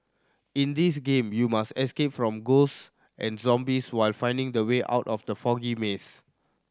in this game you must escape from ghosts and zombies while finding the way out from the foggy maze